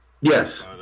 yes